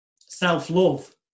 self-love